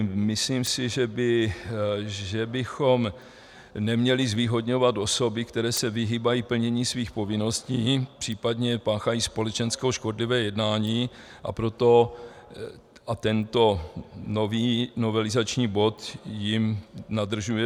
Myslím si, že bychom neměli zvýhodňovat osoby, které se vyhýbají plnění svých povinností, případně páchají společensky škodlivé jednání, a že tento nový novelizační bod jim nadržuje.